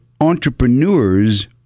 entrepreneurs